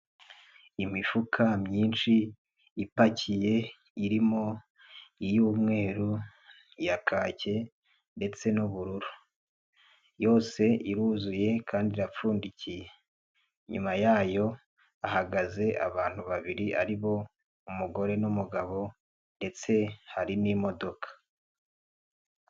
Imifuka myinshi ipakiye irimo iy'umweru, iya kake ndetse n'ubururu, yose iruzuye kandi irapfundikiye, inyuma yayo hahagaze abantu babiri ari bo umugore n'umugabo, ndetse hari n'imodoka.